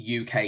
UK